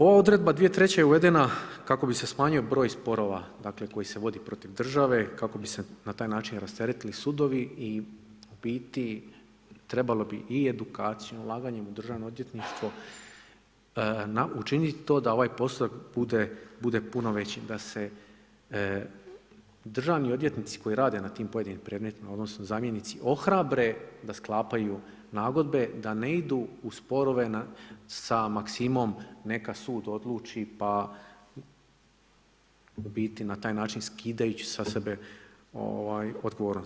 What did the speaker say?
Ova odredba 2003. je uvedena kako bi se umanjio broj sporova koji se vode protiv države kako bi se na taj način rasteretili sudovi i u biti trebalo bi i edukacijom, ulaganjem u Državno odvjetništvo učiniti to da ovaj postotak bude puno veći da se državni odvjetnici koji rade na tim pojedinim predmetima odnosno zamjenici ohrabre da sklapaju nagodbe da ne idu u sporove sa maksimom neka sud odluči, pa u biti na taj način skidajući sa sebe odgovornost.